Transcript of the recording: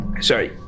Sorry